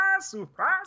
surprise